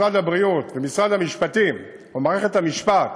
משרד הבריאות ומשרד המשפטים או מערכת המשפט